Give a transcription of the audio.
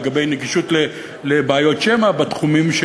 לגבי נגישות לבעיות שמע בתחומים של